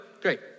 Great